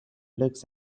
looks